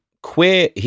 Queer